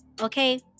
Okay